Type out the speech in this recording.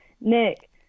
Nick